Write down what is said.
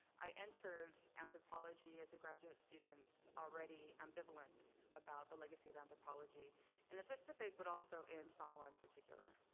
i entered anthropology as a graduate student already ambivalent about the legacy of anthropology in the pacific but also in samoa in particular.